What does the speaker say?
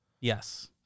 Yes